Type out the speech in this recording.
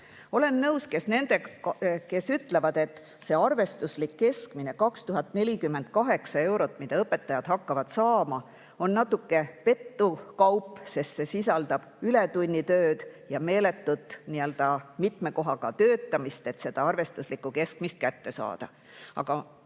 Olen nõus nendega, kes ütlevad, et see arvestuslik keskmine, 2048 eurot, mida õpetajad hakkavad saama, on natuke petukaup, sest see sisaldab ületunnitööd ja meeletut nii‑öelda mitmel kohal töötamist, mis siis võimaldab seda arvestuslikku keskmist kätte saada. Aga